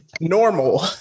normal